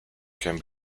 can